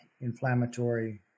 inflammatory